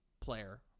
player